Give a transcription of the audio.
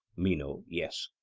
meno yes.